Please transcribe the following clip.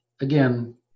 again